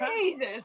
jesus